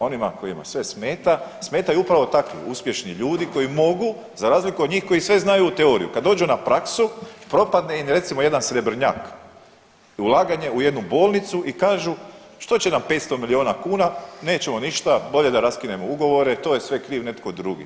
Onima kojima sve smeta, smetaju upravo takvi uspješni ljudi koji mogu za razliku od njih koji sve znaju u teoriju, kad dođu na praksu propadne im recimo jedan Srebrnjak, ulaganje u jednu bolnicu i kažu što će nam 500 miliona kuna, nećemo ništa bolje da raskinemo ugovore, to je sve kriv netko drugi.